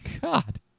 god